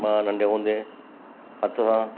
मां नंढे हूंदे हथ सां